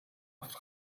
auf